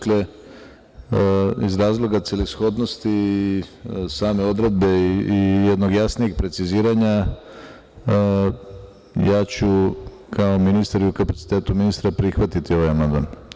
Dakle, iz razloga celishodnosti i same odredbe i jednog jasnijeg preciziranja, ja ću kao ministar i u kapacitetu ministra prihvatiti ovaj amandman.